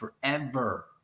forever